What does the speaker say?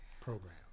program